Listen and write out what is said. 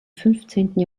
fünfzehnten